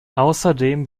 außerdem